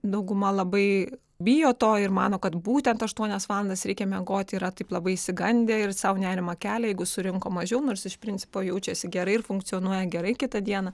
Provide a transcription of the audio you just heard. dauguma labai bijo to ir mano kad būtent aštuonias valandas reikia miegoti yra taip labai išsigandę ir sau nerimą kelia jeigu surinko mažiau nors iš principo jaučiasi gerai ir funkcionuoja gerai kitą dieną